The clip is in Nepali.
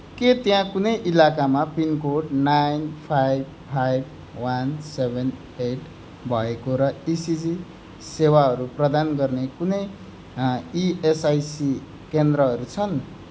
के त्यहाँ कुनै इलाकामा pincode nine five five one seven eight भएको र इसिजी सेवाहरू प्रदान गर्ने कुनै इएसआइसी केन्द्रहरू छन्